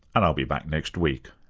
and i'll be back next week